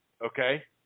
okay